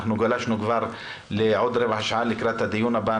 אנחנו גלשנו רבע שעה לתוך הדיון הבא.